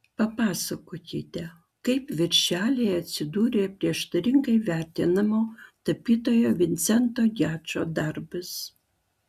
papasakokite kaip viršelyje atsidūrė prieštaringai vertinamo tapytojo vincento gečo darbas